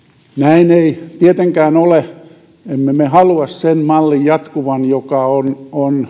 näin ei tietenkään ole emme me halua sen mallin jatkuvan joka on niin sanotuilla